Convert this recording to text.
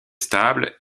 stable